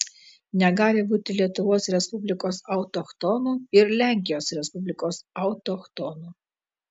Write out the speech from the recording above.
negali būti lietuvos respublikos autochtonų ir lenkijos respublikos autochtonų